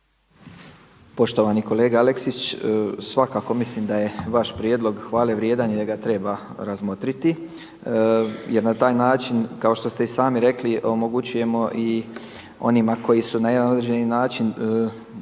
Poštovani kolega Aleksić, svakako mislim da je vaš prijedlog hvale vrijedan i da ga treba razmotriti jer na taj način kao što ste i sami rekli omogućujemo i onima koji su na jedan određeni način bolje